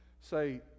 say